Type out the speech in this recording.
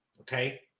okay